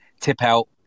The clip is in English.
tip-out